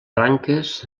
branques